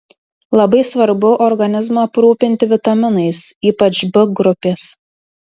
labai svarbu organizmą aprūpinti vitaminais ypač b grupės